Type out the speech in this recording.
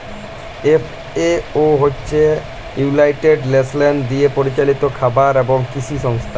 FAO হছে United Nations দিয়ে পরিচালিত খাবার এবং কিসি সংস্থা